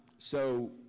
so,